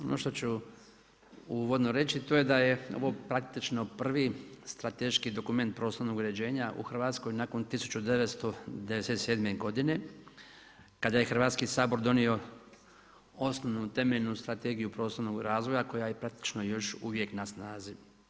Ono što ću uvodno reći, to da je ovo praktički prvi strateški dokument prostornog uređenja u Hrvatskoj nakon 1997. godine kada je Hrvatski sabor donio osnovnu temeljnu strategiju prostornog razvoja koja je praktično još uvijek na snazi.